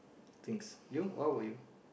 things you what about you